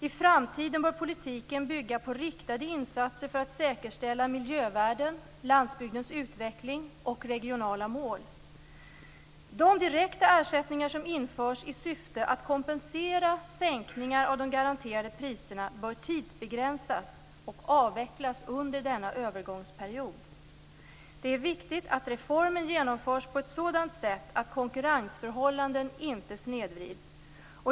I framtiden bör politiken bygga på riktade insatser för att säkerställa miljövärden, landsbygdens utveckling och regionala mål. De direkta ersättningar som införs i syfte att kompensera sänkningar av de garanterade priserna bör tidsbegränsas och avvecklas under denna övergångsperiod. Det är viktigt att reformen genomförs på ett sådant sätt att konkurrensförhållanden inte snedvrids.